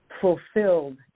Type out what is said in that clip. fulfilled